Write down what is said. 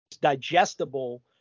digestible